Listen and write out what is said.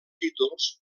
títols